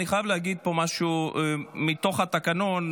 אני חייב להגיד פה משהו מתוך התקנון,